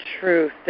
truth